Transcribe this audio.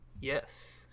Yes